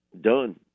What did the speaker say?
done